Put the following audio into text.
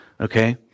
okay